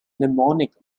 mnemonic